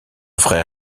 frère